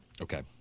Okay